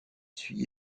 suit